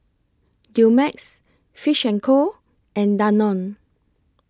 Dumex Fish and Co and Danone